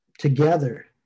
Together